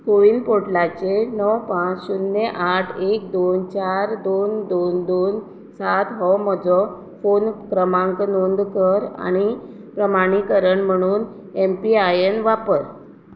Cowen पोर्टलाचेर णव पाच शुन्य आठ एक दोन चार दोन दोन दोन सात हो म्हजो फोन क्रमांक नोंद कर आनी प्रमाणीकरण म्हुणून एम पी आय एन वापर